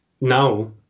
now